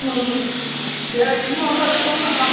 ഞാൻ ഈ മാസവും അടുത്ത മാസവും കാണും